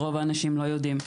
רוב האנשים לא יודעים.